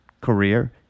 career